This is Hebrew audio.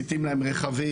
מציתים להם רכבים,